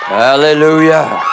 hallelujah